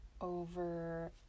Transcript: over